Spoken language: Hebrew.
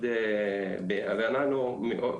בדרך כלל